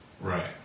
Right